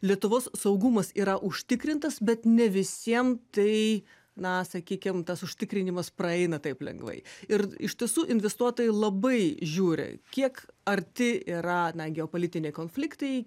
lietuvos saugumas yra užtikrintas bet ne visiem tai na sakykim tas užtikrinimas praeina taip lengvai ir iš tiesų investuotojai labai žiūri kiek arti yra na geopolitiniai konfliktai